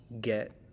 get